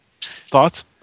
Thoughts